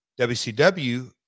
WCW